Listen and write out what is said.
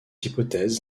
hypothèse